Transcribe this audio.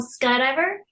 skydiver